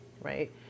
Right